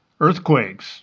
earthquakes